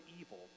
evil